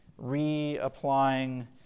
reapplying